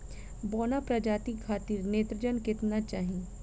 बौना प्रजाति खातिर नेत्रजन केतना चाही?